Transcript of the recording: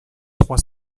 trois